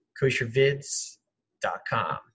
Koshervids.com